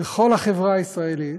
בכל החברה הישראלית,